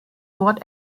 wort